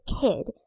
kid